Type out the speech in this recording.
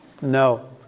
No